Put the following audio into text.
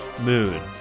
Moon